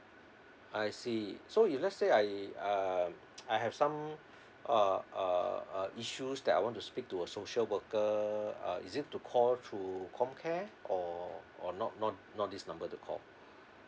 I see so if let's say I uh I have some uh uh uh issues that I want to speak to a social worker uh is it to call to comcare or or not not not this number to call